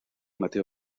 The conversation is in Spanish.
mateo